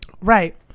right